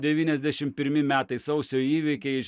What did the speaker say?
devyniasdešim pirmi metai sausio įvykiai